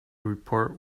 report